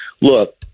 Look